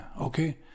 okay